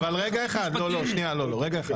לא, רגע אחד.